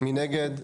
4 נגד,